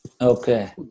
Okay